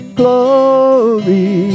glory